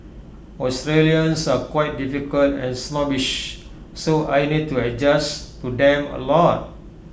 Australians are quite difficult and snobbish so I need to adjust to them A lot